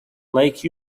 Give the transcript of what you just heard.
like